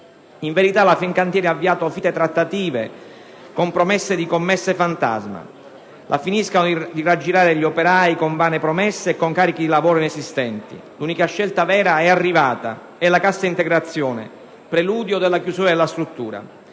in verità, la Fincantieri ha avviato finte trattative con promesse di commesse fantasma. La finiscano di raggirare gli operai con vane promesse e con carichi di lavoro inesistenti. L'unica scelta vera è arrivata: è la cassa integrazione, preludio della chiusura della struttura,